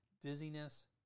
dizziness